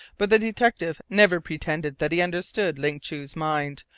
but the detective never pretended that he understood ling chu's mind,